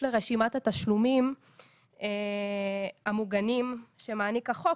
לרשימת התשלומים המוגנים שמעניק החוק,